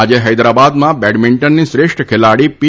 આજે હૈદરાબાદમાં બેડમિન્ટનની શ્રેષ્ઠ ખેલાડી પી